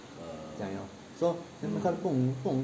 所以她不懂不懂